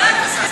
הם הראשונים,